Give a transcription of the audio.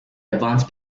advance